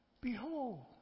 behold